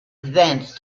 advanced